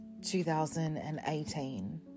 2018